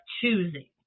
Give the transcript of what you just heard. choosing